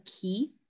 key